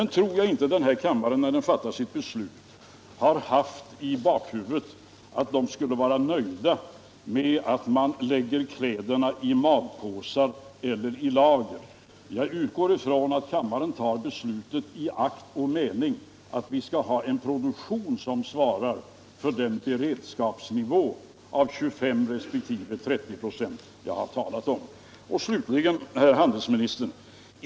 När denna kammare kommer att fatta sitt beslut, tror jag inte att ledamöterna kommer att känna sig nöjda med att man lägger kläderna i malpåsar eller i lager. Jag utgår från att kammaren fattar beslutet i akt och mening att vi skall ha en produktion som svarar mot den beredskapsnivå på 25 resp. 30 96 som jag har talat om. Slutligen, herr handelsminister!